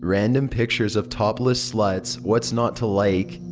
random pictures of topless sluts, what's not to like?